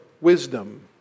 wisdom